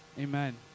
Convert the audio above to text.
Amen